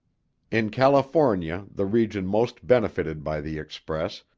in california, the region most benefited by the express,